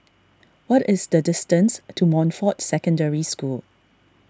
what is the distance to Montfort Secondary School